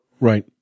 Right